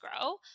grow